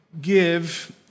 give